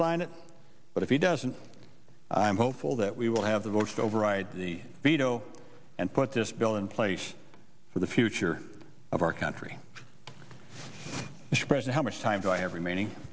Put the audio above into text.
sign it but if he doesn't i'm hopeful that we will have the votes to override the veto and put this bill in place for the future of our country discretion how much time do i have remaining